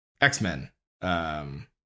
X-Men